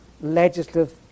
legislative